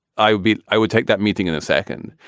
i would be i would take that meeting in a second.